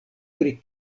pri